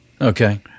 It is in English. okay